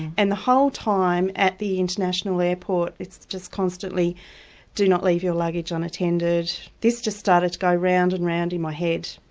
and the whole time at the international airport it's just constantly do not leave your luggage unattended, this just started go round and round in my head.